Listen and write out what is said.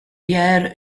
pierre